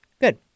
Good